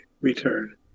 Return